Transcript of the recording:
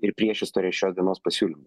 ir priešistorė šios dienos pasiūlymų